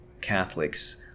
Catholics